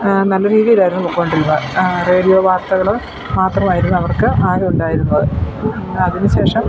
നല്ല രീതിയിലായിരുന്നു പൊയ്ക്കോണ്ടിരുന്നത് റേഡിയോ വാർത്തകൾ മാത്രമായിരുന്നു അവർക്ക് ആകെ ഉണ്ടായിരുന്നത് അതിനുശേഷം